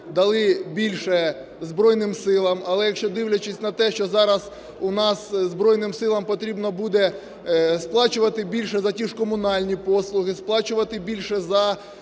дали більше Збройним Силам. Але якщо, дивлячись на те, що зараз у нас Збройним Силам потрібно буде сплачувати більше за ті ж комунальні послуги, сплачувати більше за